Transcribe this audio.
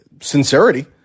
sincerity